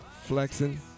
flexing